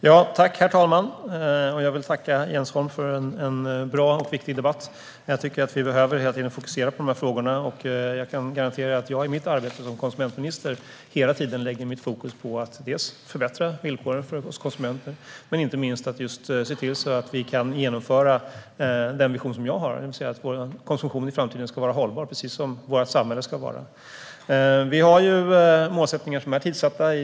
Herr talman! Jag vill tacka Jens Holm för en bra och viktig debatt. Vi behöver hela tiden fokusera på de här frågorna. Jag kan garantera att jag i mitt arbete som konsumentminister hela tiden lägger fokus på att dels förbättra villkoren för oss konsumenter, dels att just se till att vi kan genomföra den vision jag har, det vill säga att vår konsumtion i framtiden ska vara hållbar, precis som vårt samhälle ska vara. Vi har målsättningar som är tidssatta.